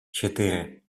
четыре